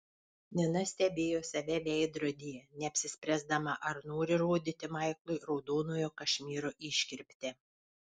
nina stebėjo save veidrodyje neapsispręsdama ar nori rodyti maiklui raudonojo kašmyro iškirptę